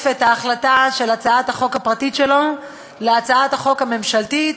את הצעת החוק הפרטית שלו להצעת החוק הממשלתית,